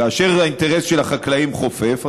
כאשר האינטרס של החקלאים חופף,